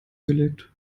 gelegt